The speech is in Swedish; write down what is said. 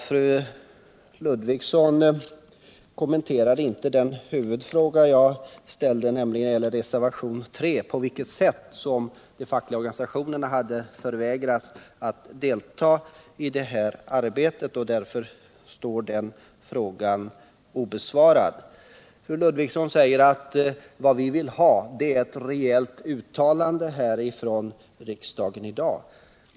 Fru Ludvigsson kommenterade inte den huvudfråga jag ställde beträffande reservationen 3. På vilket sätt hade de fackliga organisationerna förvägrats rätten att delta i arbetet? Den frågan står obesvarad. Fru Ludvigsson säger sig vilja ha ett rejält uttalande från riksdagen.